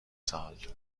سال